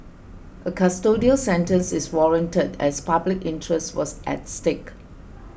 a custodial sentence is warranted as public interest was at stake